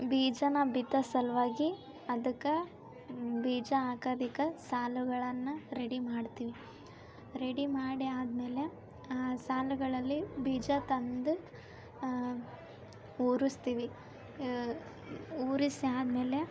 ಬೀಜಾನ ಬಿತ್ತೋ ಸಲುವಾಗಿ ಅದಕ್ಕೆ ಬೀಜ ಹಾಕೋದಿಕ್ಕ ಸಾಲುಗಳನ್ನು ರೆಡಿ ಮಾಡ್ತೀವಿ ರೆಡಿ ಮಾಡಿ ಆದಮೇಲೆ ಆ ಸಾಲುಗಳಲ್ಲಿ ಬೀಜ ತಂದು ಊರುಸ್ತೀವಿ ಊರಿಸಿ ಆದಮೇಲೆ